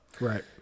Right